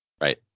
right